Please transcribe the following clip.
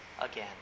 again